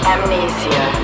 Amnesia